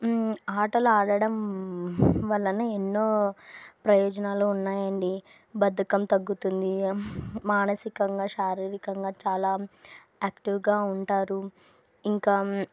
ఆటలు ఆడడం వలన ఎన్నో ప్రయోజనాలు ఉన్నాయండి బద్ధకం తగ్గుతుంది మానసికంగా శారీరకంగా చాలా యాక్టివ్గా ఉంటారు ఇంకా